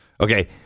okay